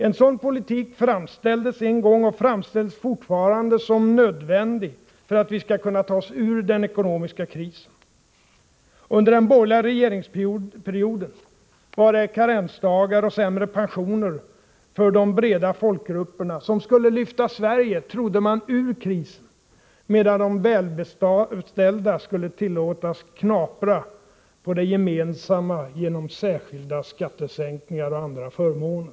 En sådan politik framställdes en gång, och framställs fortfarande, som nödvändig för att vi skail kunna ta oss ur den ekonomiska krisen. Under den borgerliga regeringsperioden var det karensdagar och sämre pensioner för de breda folkgrupperna som skulle, trodde man, lyfta Sverige ur krisen, medan de välbeställda skulle tillåtas knapra på det gemensamma genom särskilda skattesänkningar och andra förmåner.